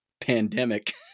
pandemic